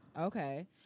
Okay